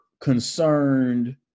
concerned